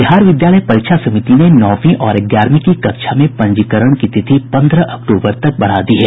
बिहार विद्यालय परीक्षा समिति ने नौवीं और ग्यारहवीं की कक्षा में पंजीकरण की तिथि पन्द्रह अक्टूबर तक बढ़ा दी है